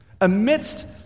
Amidst